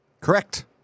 Correct